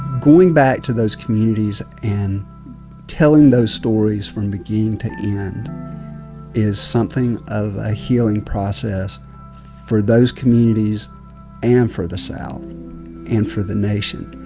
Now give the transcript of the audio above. going back to those communities and telling those stories from beginning to end is something of a healing process for those communities and for the south and for the nation.